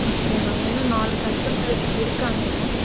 அப்படியாங்க மேம் இன்னும் நாலு கஸ்டமரு இருக்காங்க